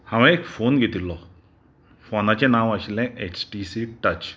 हावें एक फोन घेतिल्लो फोनाचें नांव आशिल्लें एच टी सी टच